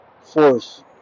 force